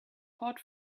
hot